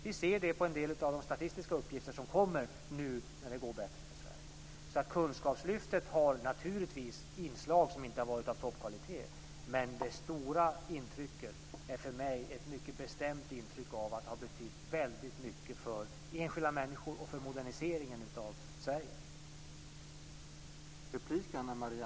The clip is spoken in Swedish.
Vi ser det på en del av de statistiska uppgifter som kommer nu när det går bättre för Sverige. Kunskapslyftet har naturligtvis inslag som inte har varit av toppkvalitet. Men jag har ett mycket bestämt intryck av att det har betytt väldigt mycket för enskilda människor och för moderniseringen av Sverige.